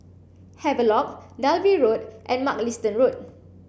Havelock Dalvey Road and Mugliston Road